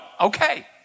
okay